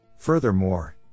Furthermore